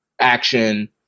action